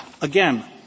again